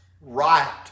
right